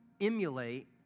emulate